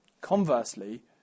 Conversely